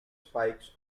spikes